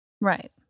Right